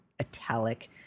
italic